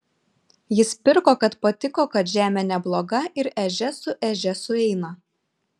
jis pirko kad patiko kad žemė nebloga ir ežia su ežia sueina